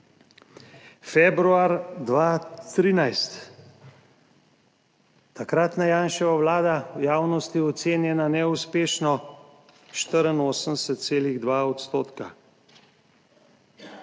februar 2013, takratna Janševa vlada v javnosti je ocenjena neuspešno, 84,2 odstotka.